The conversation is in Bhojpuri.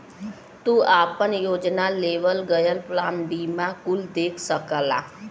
तू आपन योजना, लेवल गयल प्लान बीमा कुल देख सकला